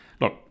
Look